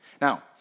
Now